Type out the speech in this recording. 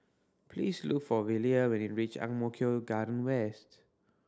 please look for Velia when you reach Ang Mo Kio Garden West